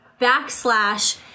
backslash